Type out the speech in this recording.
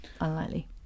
unlikely